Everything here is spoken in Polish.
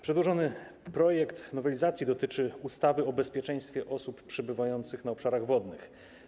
Przedłożony projekt nowelizacji dotyczy ustawy o bezpieczeństwie osób przebywających na obszarach wodnych.